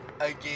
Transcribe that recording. again